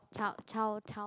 child child child